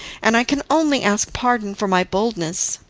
and i can only ask pardon for my boldness.